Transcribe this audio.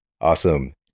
awesome